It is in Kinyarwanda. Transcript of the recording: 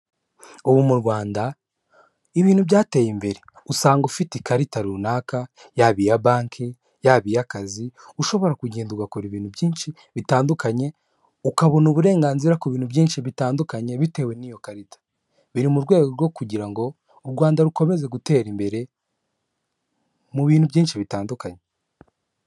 Ubu mu Rwanda ibintu byateye imbere, usanga ufite ikarita runaka yaba iya banki, yaba iy'akazi ushobora kugenda ugakora ibintu byinshi bitandukanye, ukabona uburenganzira ku bintu byinshi bitandukanye bitewe n'iyo karita, biri mu rwego rwo kugira ngo u Rwanda rukomeze gutera imbere mu bintu byinshi bitandukanye.